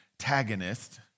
antagonist